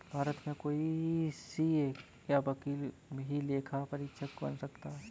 भारत में कोई सीए या वकील ही लेखा परीक्षक बन सकता है